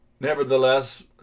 Nevertheless